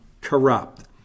corrupt